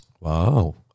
Wow